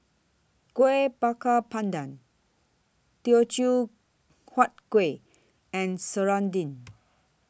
Kuih Bakar Pandan Teochew Huat Kueh and Serunding